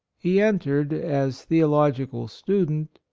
he entered, as theological student,